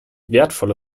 wertvolle